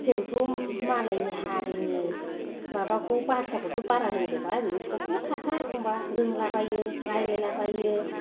जोंथ' मालायनि हारिनि माबाखौ भासाखौथ' बारा रोंजोबा ओरैनो थ'थ' थाथा एखनब्ला रोंलाबायो रायलायलाबायो